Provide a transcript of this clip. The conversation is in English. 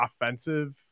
offensive